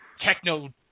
techno